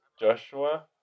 Joshua